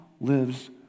lives